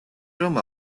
რომ